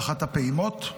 באחת הפעימות,